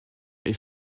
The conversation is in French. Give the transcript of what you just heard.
est